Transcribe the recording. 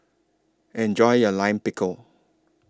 Enjoy your Lime Pickle